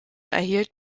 erhielt